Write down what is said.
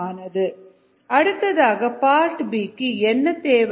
அடுத்ததாக part b க்கு என்ன தேவை